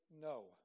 No